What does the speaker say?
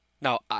Now